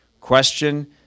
question